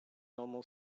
normal